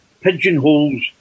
pigeonholes